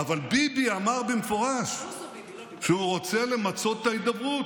אבל ביבי אמר במפורש שהוא רוצה למצות את ההידברות,